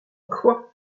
quoi